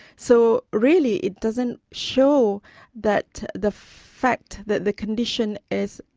so, really it doesn't show that the fact that the condition is,